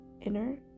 inner